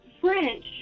French